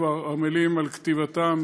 כבר עמלים על כתיבתן,